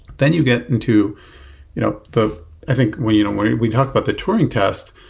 then you get into you know the i think when you know when we talk about the turing test,